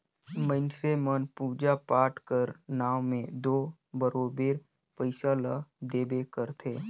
मइनसे मन पूजा पाठ कर नांव में दो बरोबेर पइसा ल देबे करथे